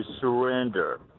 surrender